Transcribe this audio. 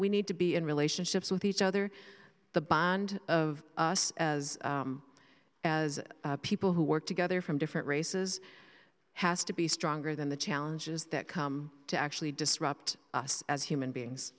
we need to be in relationships with each other the bond of us as as people who work together from different races has to be stronger than the challenges that come to actually disrupt us as human